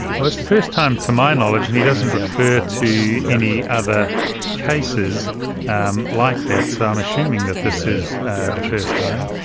well, it's the first time to my knowledge, and he doesn't refer to any other cases um like that, so i'm issuing that this is the first time.